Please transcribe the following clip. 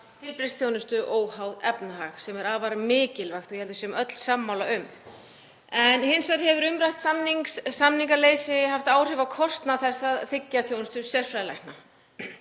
heilbrigðisþjónustu óháð efnahag sem er afar mikilvægt eins og ég held að við séum öll sammála um. En hins vegar hefur umrætt samningsleysi haft áhrif á kostnað við það að þiggja þjónustu sérfræðilækna.